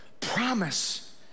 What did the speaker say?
promise